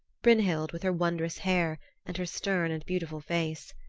brynhild with her wondrous hair and her stern and beautiful face.